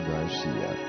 Garcia